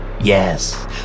Yes